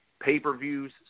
pay-per-views